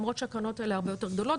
למרות שהקרנות האלה הרבה יותר גדולות,